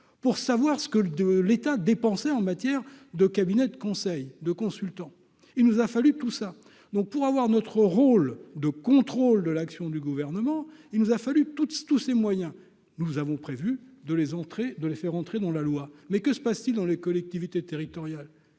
pour savoir ce que le de l'État dépenser en matière de cabinets de conseil de consultants, il nous a fallu tout ça donc pour avoir notre rôle de contrôle de l'action du gouvernement, il nous a fallu toute tous ses moyens, nous avons prévu de les entrées de les faire entrer dans la loi, mais que se passe-t-il dans les collectivités territoriales,